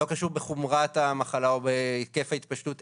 זה לא קשור בחומרת המחלה או בהיקף ההתפשטות,